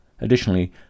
Additionally